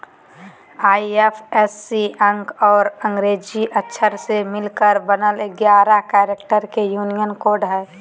IFSC अंक और अंग्रेजी अक्षर से मिलकर बनल एगारह कैरेक्टर के यूनिक कोड हइ